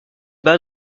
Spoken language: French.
bas